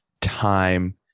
time